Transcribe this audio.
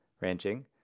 ranching